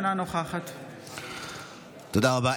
אינה נוכחת תודה רבה.